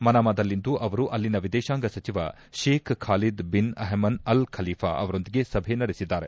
ಮನಾಮದಲ್ಲಿಂದು ಅವರು ಅಲ್ಲಿನ ವಿದೇಶಾಂಗ ಸಚಿವ Sheikh Khalid bin Ahmed Al Khalifa ಅವರೊಂದಿಗೆ ಸಭೆ ನಡೆಸಿದ್ದಾರೆ